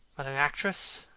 but an actress!